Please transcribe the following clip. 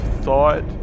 thought